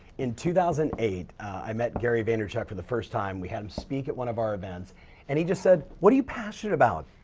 in two thousand and eight, i met gary vaynerchuk for the first time. we had him speak at one of our events and he just said, what are you passionate about?